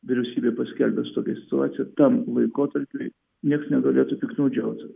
vyriausybė paskelbė tokią situaciją tam laikotarpiui nieks negalėtų piknaudžiaut